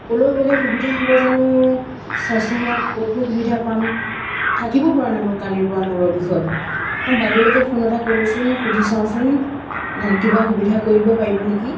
ক'লৈ গ'লে সুবিধা হ'ব জানো স্বাস্থ্যসেৱাক ক'তনো সুবিধা পাম থাকিব পৰা নাই মই কালিৰপৰা মূৰৰ বিষত মই বাইদেউলৈকে ফোন এটা কৰোঁচোন সুধি চাওঁচোন কিবা সুবিধা কৰিব পাৰিব নেকি